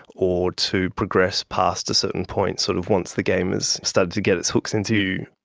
or to progress past a certain point sort of once the game has started to get its hooks into you.